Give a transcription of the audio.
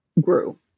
grew